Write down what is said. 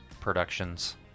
productions